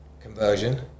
conversion